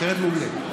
סרט מעולה.